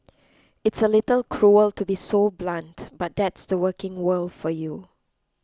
it's a little cruel to be so blunt but that's the working world for you